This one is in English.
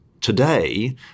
Today